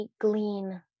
glean